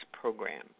program